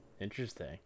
Interesting